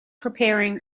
preparing